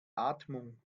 atmung